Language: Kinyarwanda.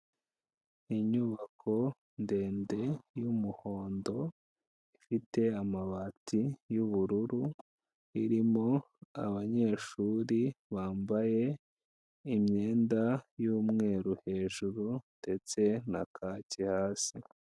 Inyubako ndende y'umuhondo, ifite amabati y'ubururu, irimo abanyeshuri bambaye imyenda y'umweru hejuru ndetse na kaki hasi.